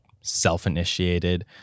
self-initiated